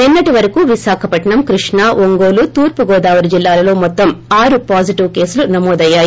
నిన్సటి వరకూ విశాఖపట్సం కృష్ణా ఒంగోలు తూర్పు గోదావరి జిల్లాలలో మొత్తం ఆరు పాజిటివ్ కేసులు నమోదయ్యాయి